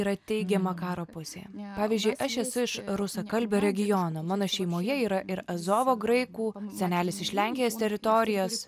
yra teigiama karo pusė pavyzdžiui aš esu iš rusakalbio regiono mano šeimoje yra ir azovo graikų senelis iš lenkijos teritorijos